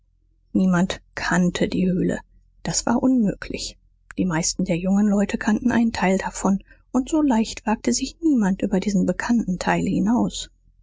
niemand kannte die höhle das war unmöglich die meisten der jungen leute kannten einen teil davon und so leicht wagte sich niemand über diesen bekannten teil hinaus